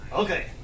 Okay